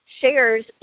shares